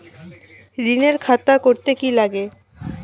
ঋণের খাতা করতে কি লাগে?